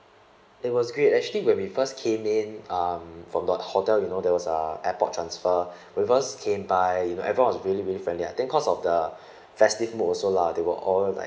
it was great actually when we first came in um from the hotel you know there was uh airport transfer reverse came by you know everyone was really really friendly I think because of the festive mood also lah they were all like